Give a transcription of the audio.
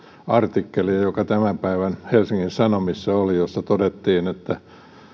artikkelia joka tämän päivän helsingin sanomissa oli jossa todettiin että